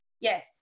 Yes